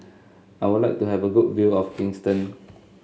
I would like to have a good view of Kingston